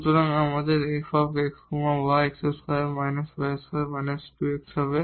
সুতরাং আমাদের f x y x2 − y2−2 x হবে